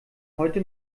heute